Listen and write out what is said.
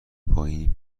پایین